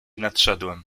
nadszedłem